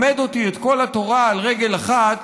למד אותי את כל התורה על רגל אחת,